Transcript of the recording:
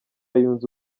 yunze